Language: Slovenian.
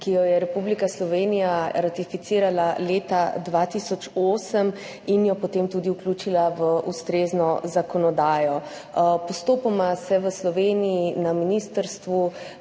ki jo je Republika Slovenija ratificirala leta 2008 in jo potem tudi vključila v ustrezno zakonodajo. Postopoma se v Sloveniji na ministrstvu